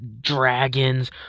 dragons